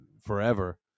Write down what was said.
forever